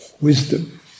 wisdom